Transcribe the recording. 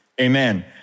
Amen